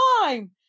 time